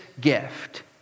gift